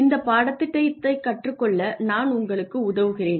இந்த பாடத்திட்டத்தைக் கற்றுக்கொள்ள நான் உங்களுக்கு உதவுகிறேன்